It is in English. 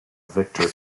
victor